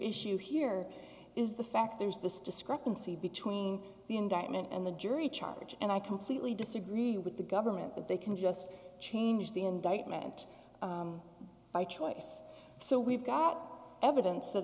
issue here is the fact there's this discrepancy between the indictment and the jury charge and i completely disagree with the government but they can just change the indictment by choice so we've got evidence that